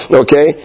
okay